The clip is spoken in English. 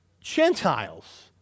Gentiles